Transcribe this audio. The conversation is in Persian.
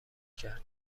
کرد